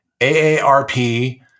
AARP